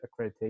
accreditation